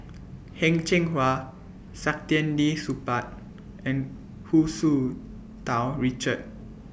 Heng Cheng Hwa Saktiandi Supaat and Hu Tsu Tau Richard